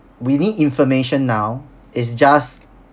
we need information now is just